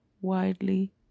widely